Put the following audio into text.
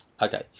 Okay